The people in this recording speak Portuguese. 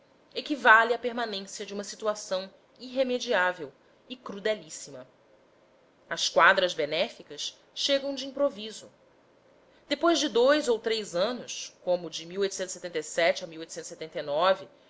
equivale à permanência de uma situação irremediável e crudelíssima as quadras benéficas chegam de improviso depois de dous ou três anos como de